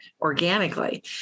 organically